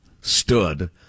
stood